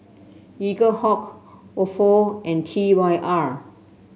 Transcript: Eaglehawk Ofo and T Y R